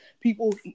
people